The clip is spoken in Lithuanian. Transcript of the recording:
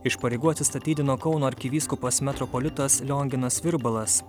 iš pareigų atsistatydino kauno arkivyskupas metropolitas lionginas virbalas